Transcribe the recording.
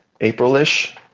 April-ish